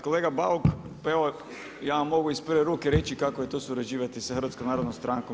Kolega Bauk, pa evo ja vam mogu iz prve ruke reći kako je to surađivati sa HNS-om.